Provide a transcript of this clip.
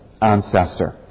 ancestor